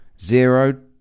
zero